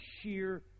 sheer